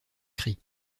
cri